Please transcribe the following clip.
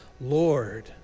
Lord